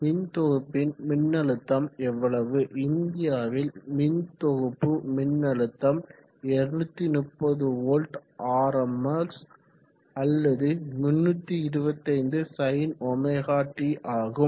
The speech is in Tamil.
மின்தொகுப்பின் மின்னழுத்தம் எவ்வளவு இந்தியாவில் மின்தொகுப்பு மின்னழுத்தம் 230வோல்ட் ஆர்எம்எஸ் அல்லது 325sinωt ஆகும்